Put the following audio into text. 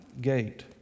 gate